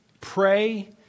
pray